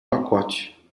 pacote